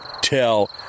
tell